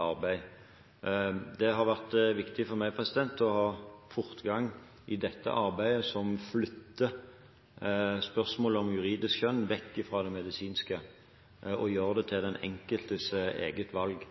arbeid. Det har vært viktig for meg å ha fortgang i dette arbeidet, der en flytter spørsmålet om juridisk kjønn vekk fra det medisinske og gjør det til den enkeltes eget valg.